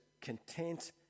content